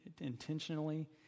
intentionally